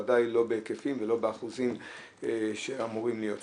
ודאי לא בהיקפים ולא באחוזים שאמורים להיות שם.